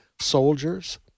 soldiers